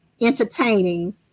entertaining